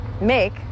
make